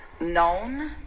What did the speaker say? known